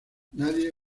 nadie